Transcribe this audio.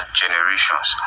generations